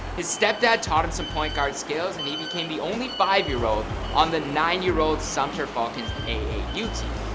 his step dad taught him some point guard skills and he became the only five year old on the nine year old sumter falcons aau team.